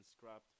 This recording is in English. scrapped